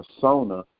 persona